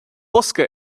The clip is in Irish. bosca